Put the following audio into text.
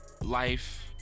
Life